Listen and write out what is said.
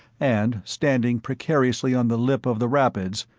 and standing precariously on the lip of the rapids,